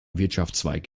wirtschaftszweig